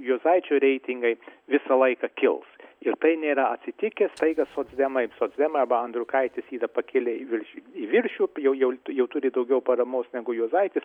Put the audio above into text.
juozaičio reitingai visą laiką kils ir tai nėra atsitikę staiga socdemai socdemai arba andriukaitis yra pakilę į virš į viršų jau jau jau turi daugiau paramos negu juozaitis